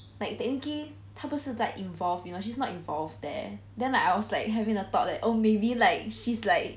like technically 他不是 that involved you know she's not involved there then I was like having the thought that oh maybe like she's like